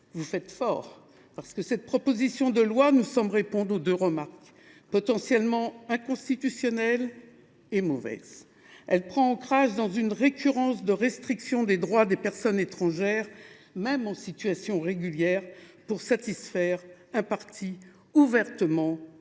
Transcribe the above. Vous faites fort, parce que cette proposition de loi nous semble répondre aux deux critiques : potentiellement inconstitutionnelle et assurément mauvaise ! Elle prend ancrage dans une récurrence de restrictions des droits des personnes étrangères, même en situation régulière, pour satisfaire un parti ouvertement